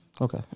Okay